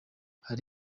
hari